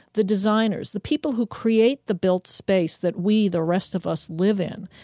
the designers, the people who create the built space that we, the rest of us, live in,